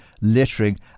littering